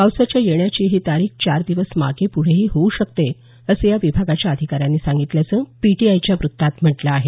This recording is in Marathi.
पावसाच्या येण्याची ही तारीख चार दिवस मागे पुढेही होऊ शकते असं या विभागाच्या अधिकाऱ्यांनी सांगितल्याचं पीटीआयच्या व्रत्तात म्हटलं आहे